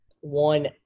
one